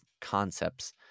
concepts